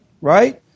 right